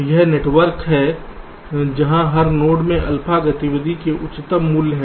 तो वह नेटवर्क है जहां हर नोड में अल्फा गतिविधि के उच्चतम मूल्य हैं